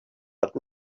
but